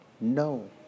No